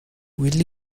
will